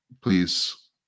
please